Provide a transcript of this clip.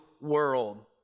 world